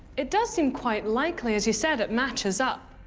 it does seem quite likely as you said, it matches up.